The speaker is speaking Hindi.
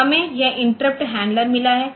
तो हमें यह इंटरप्ट हैंडलर मिला है